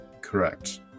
Correct